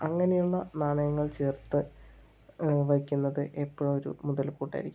അങ്ങനെയുള്ള നാണയങ്ങൾ ചേർത്ത് വെയ്ക്കുന്നത് എപ്പോഴും ഒരു മുതൽ കൂട്ടായിരിക്കും